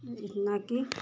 इतना कि